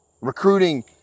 Recruiting